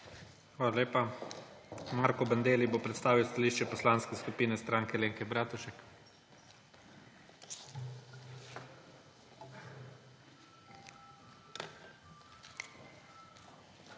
Hvala lepa. Marko Bandelli bo predstavil stališče Poslanske skupine Stranke Alenke Bratušek. **MARKO